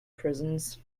prisons